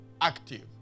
active